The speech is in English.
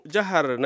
Jahar